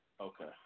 okay